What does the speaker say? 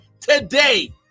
today